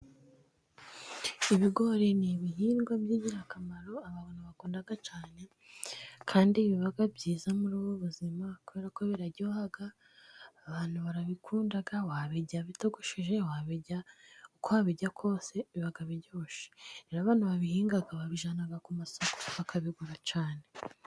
Ibigori ni ibihingwa by'ingirakamaro abantu bakunda cyane, kandi biba byiza muri ubu buzima, kubera ko biraryoha, abantu barabikunda. Wabirya bitogosheje, wabirya, uko wabirya kose biba biryoshye. Rero abantu babihinga, babijyana ku masako bakabigura cyane.